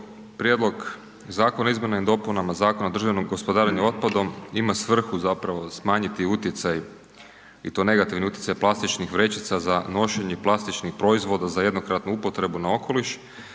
Prijedlog zakona o izmjenama i dopunama Zakona o održivom gospodarenju otpadom ima svrhu smanjiti utjecaj i to negativni utjecaj plastičnih vrećica za nošenje i plastičnih proizvoda za jednokratnu upotrebu na okoliš,